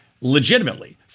Legitimately